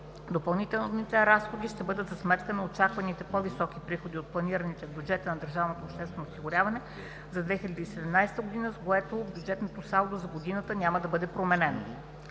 Допълнителните разходи ще бъдат за сметка на очакваните по-високи приходи от планираните в бюджета на общественото осигуряване за 2017 г., с което бюджетното салдо за годината няма да бъде променено.